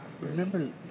Remember